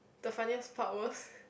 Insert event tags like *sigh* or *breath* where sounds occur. the funniest part was *breath*